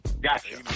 Gotcha